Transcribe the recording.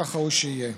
כך ראוי שיהיה.